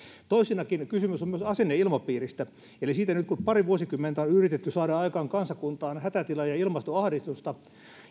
toisena kysymys on myös asenneilmapiiristä eli siitä että kun nyt pari vuosikymmentä on yritetty saada aikaan kansakuntaan hätätilaa ja ilmastoahdistusta